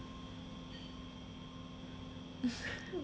你的 bladder